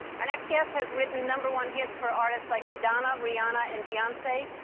our next guest has written number one hits for artists like madonna, rihanna, and beyonce.